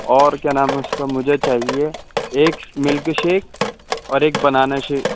اور کیا نام ہے اس کا مجھے چاہیے ایک ملک شیک اور ایک بنانا شیک